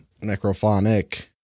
Necrophonic